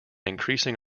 increasing